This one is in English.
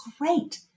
great